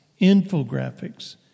infographics